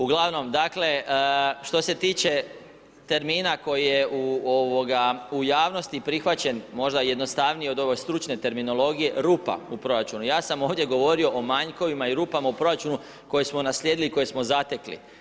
Ugl. dakle, što se tiče termina koji je u javnosti prihvaćen, možda jednostavnije od ove stručne terminologije, rupa u proračunu, ja sam ovdje govorio o manjkovima i rupama u proračunu, koje smo naslijedili, koje smo zatekli.